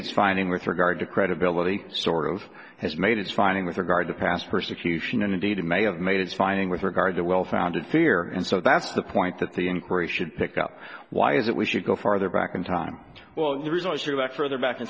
its finding with regard to credibility sort of has made its finding with regard to past persecution and indeed may have made its finding with regard to well founded fear and so that's the point that the inquiry should pick up why is it we should go farther back in time well further back in